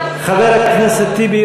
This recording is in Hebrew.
חבר הכנסת טיבי,